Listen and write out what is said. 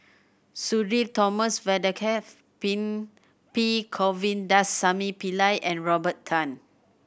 Sudhir Thomas Vadaketh P Govindasamy Pillai and Robert Tan